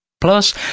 Plus